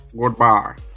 Goodbye